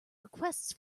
requests